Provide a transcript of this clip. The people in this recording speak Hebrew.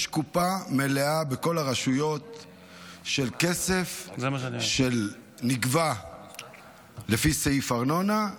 בכל הרשויות יש קופה מלאה של כסף שנגבה לפי סעיף ארנונה,